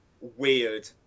weird